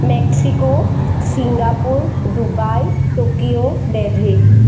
Mexico Singapore Dubai Tokyo Delhi